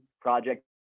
project